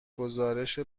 گزارش